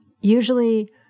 Usually